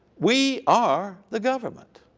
we are the government